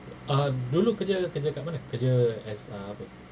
ah dulu kerja kerja kat mana kerja as ah apa